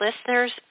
listeners